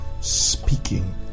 Speaking